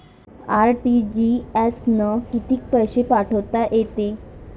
RTGS न कितीक पैसे पाठवता येते?